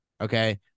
Okay